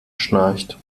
schnarcht